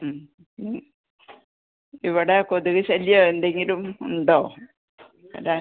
ഇനിം ഇവിടെ കൊതുക് ശല്യമോ എന്തെങ്കിലും ഉണ്ടോ വരാൻ